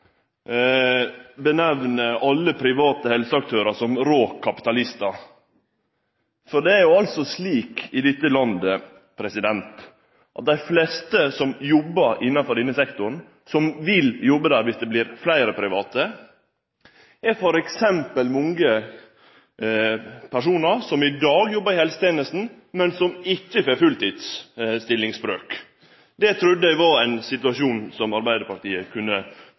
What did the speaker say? kallar alle private helseaktørar rå kapitalistar. Det er altså slik i dette landet at dei fleste som jobbar innanfor denne sektoren, og som vil jobbe der dersom det vert fleire private, er personar som i dag jobbar i f.eks. helsetenesta, men som ikkje får full stillingsbrøk. Det trudde eg var ein situasjon som Arbeidarpartiet kunne